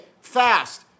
fast